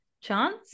chance